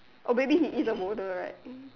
oh maybe he is a boulder right